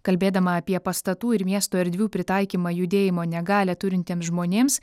kalbėdama apie pastatų ir miesto erdvių pritaikymą judėjimo negalią turintiems žmonėms